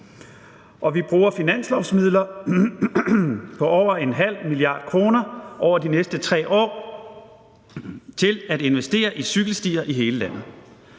år. Vi bruger finanslovsmidler på over 0,5 mia. kr. over de næste 3 år til at investere i cykelstier i hele landet.